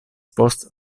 post